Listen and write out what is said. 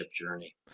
journey